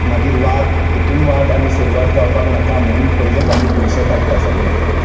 मागीर वाद हेतून वाद आनी सुरवात जावपाक नाका म्हणून पयलेंत आमी पयशे काडटा सगळे